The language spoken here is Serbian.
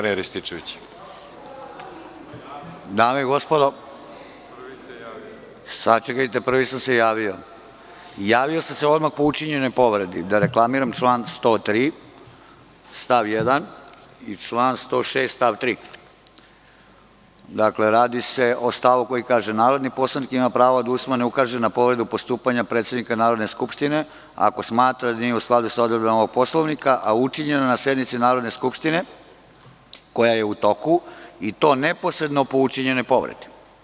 Dame i gospodo, javio sam se odmah po učinjenoj povredi, da reklamiram član 103. stav 1. i član 106. stav 3. Dakle, radi se o stavu koji kaže: „Narodni poslanik ima pravo da usmeno ukaže na povredu postupanja predsednika Narodne skupštine ako smatra da nije u redu sa odredbama ovog poslovnika, a učinjenu na sednici Narodne skupštine koja je u toku, i to neposredno po učinjenoj povredi“